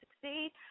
succeed